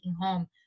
home